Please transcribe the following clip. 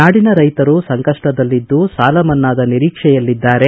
ನಾಡಿನ ರೈತರು ಸಂಕಷ್ಟದಲ್ಲಿದ್ದು ಸಾಲ ಮನ್ನಾದ ನಿರೀಕ್ಷೆಯಲ್ಲಿದ್ದಾರೆ